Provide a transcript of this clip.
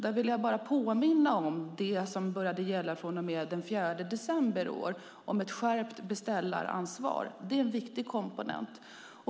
Jag vill där bara påminna om det som började gälla från och med den 4 december i år, nämligen ett skärpt beställaransvar. Det är en viktig komponent.